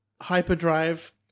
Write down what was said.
Hyperdrive